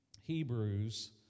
Hebrews